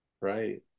Right